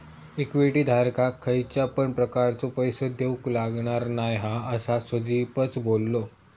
equity धारकाक खयच्या पण प्रकारचो पैसो देऊक लागणार नाय हा, असा सुदीपच बोललो